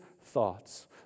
thoughts